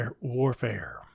Warfare